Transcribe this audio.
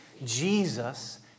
Jesus